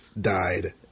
died